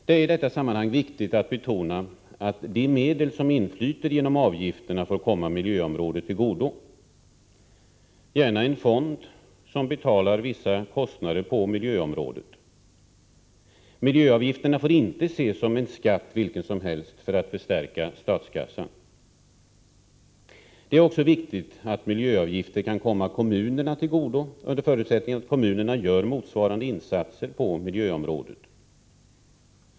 Det är i detta sammanhang viktigt att betona att de medel som inflyter genom avgifterna får komma miljöområdet till godo — gärna genom en fond, som betalar vissa kostnader på miljöområdet. Miljöavgifterna får inte ses som en skatt vilken som helst, som skall förstärka statskassan. Det är också viktigt att miljöavgifter kan komma kommunerna till godo, under förutsättning att kommunerna gör motsvarande insatser på miljöområdet.